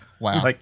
Wow